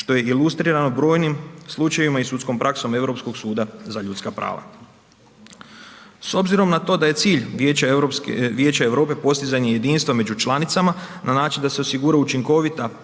što je ilustrirano brojnim slučajevima i sudskom praksom Europskog suda za ljudska prava. S obzirom na to da je cilj Vijeća Europe postizanje jedinstva među članicama na način da se osigura učinkovita